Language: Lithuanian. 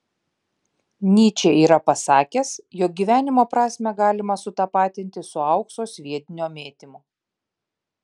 nyčė yra pasakęs jog gyvenimo prasmę galima sutapatinti su aukso sviedinio mėtymu